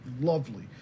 lovely